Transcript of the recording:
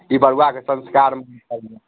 ई बड़ुआ के संस्कार